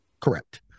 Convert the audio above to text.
correct